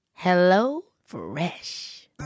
HelloFresh